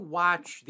watch